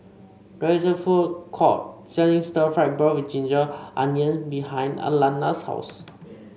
there is a food court selling Stir Fried Beef with Ginger Onions behind Alannah's house